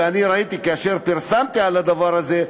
ואני ראיתי כאשר פרסמתי על הדבר הזה,